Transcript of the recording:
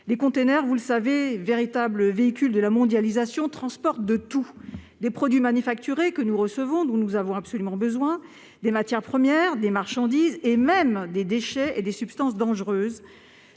Les conteneurs, véritables véhicules de la mondialisation, transportent de tout : des produits manufacturés que nous recevons et dont nous avons absolument besoin, des matières premières, des marchandises, même des déchets et des substances dangereuses.